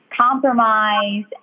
compromise